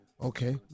Okay